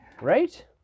right